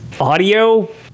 audio